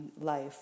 life